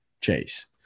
chase